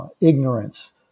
ignorance